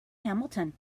hamilton